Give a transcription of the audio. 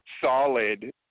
solid